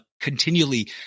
continually –